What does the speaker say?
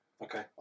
Okay